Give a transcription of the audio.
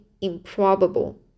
improbable